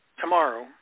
tomorrow